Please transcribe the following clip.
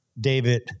David